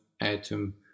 atom